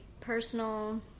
personal